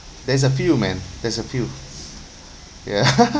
there is a few man there's a few ya